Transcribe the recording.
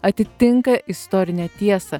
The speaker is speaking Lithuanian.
atitinka istorinę tiesą